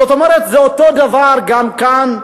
זאת אומרת: זה אותו דבר גם כאן,